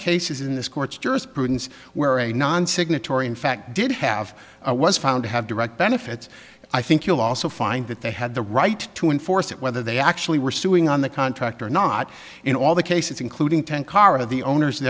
jurisprudence where a non signatory in fact did have was found to have direct benefits i think you'll also find that they had the right to enforce it whether they actually were suing on the contract or not in all the cases including ten car of the owners